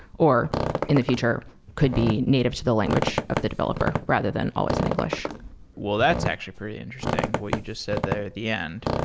or in the future could be native to the language of the developer rather than always in english well, that's actually pretty interesting what you just said there at the end.